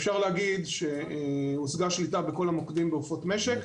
אפשר להגיד שהושגה שליטה בכל המוקדים בעופות משק.